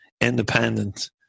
independent